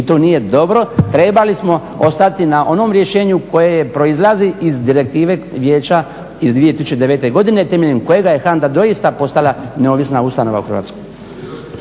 I to nije dobro. Trebali smo ostati na onom rješenju koje proizlazi iz Direktive Vijeća iz 2009. godine temeljem kojega je HANDA doista postala neovisna ustanova u Hrvatskoj.